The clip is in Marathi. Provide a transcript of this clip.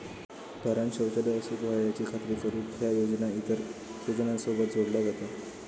घरांत शौचालय असूक व्हया याची खात्री करुक ह्या योजना इतर योजनांसोबत जोडला जाता